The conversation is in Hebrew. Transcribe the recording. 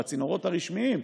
בצינורות הרשמיים,